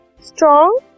strong